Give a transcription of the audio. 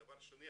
דבר שני,